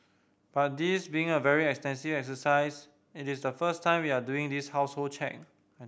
but this being a very extensive exercise it's the first time we are doing this household check